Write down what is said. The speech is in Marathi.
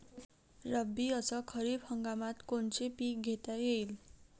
रब्बी अस खरीप हंगामात कोनचे पिकं घेता येईन?